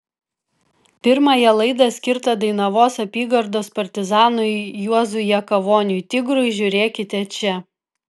pirmąją laidą skirtą dainavos apygardos partizanui juozui jakavoniui tigrui žiūrėkite čia